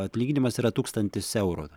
atlyginimas yra tūkstantis eurų